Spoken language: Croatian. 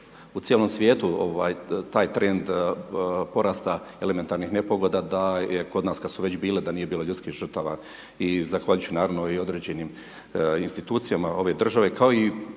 u cijelom svijetu taj trend porasta elementarnih nepogoda da je kod nas kada su već bile da nije bilo ljudskih žrtava. I zahvaliti ću naravno i određenim institucijama ove države kao i